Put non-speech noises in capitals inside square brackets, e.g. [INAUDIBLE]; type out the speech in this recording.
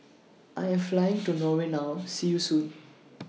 I Am Flying [NOISE] to Norway now See YOU Soon